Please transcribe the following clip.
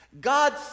God